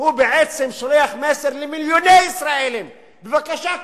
הוא בעצם שולח מסר למיליוני ישראלים: בבקשה,